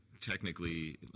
technically